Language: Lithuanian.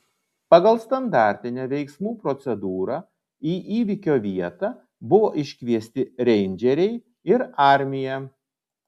pagal standartinę veiksmų procedūrą į įvykio vietą buvo iškviesti reindžeriai ir armija